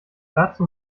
dazu